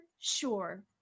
sure